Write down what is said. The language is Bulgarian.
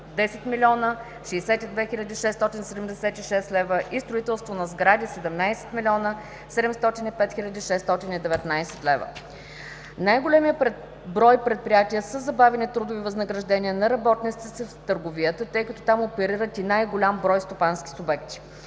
10 млн. 62 хил. 676 лв.; строителство на сгради – 17 млн. 705 хил. 619 лв. Най-големият брой предприятия със забавени трудови възнаграждения на работниците са в търговията, тъй като там оперират и най-голям брой стопански субекти.